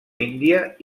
índia